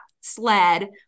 sled